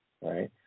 right